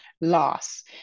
loss